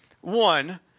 one